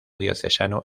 diocesano